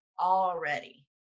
already